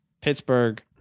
Pittsburgh